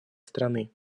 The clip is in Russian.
страны